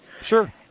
Sure